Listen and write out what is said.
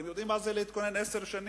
אתם יודעים מה זה להתכונן עשר שנים?